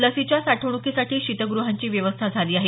लसीच्या साठवणुकीसाठी शीतगृहांची व्यवस्था झाली आहे